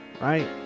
right